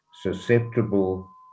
susceptible